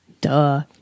Duh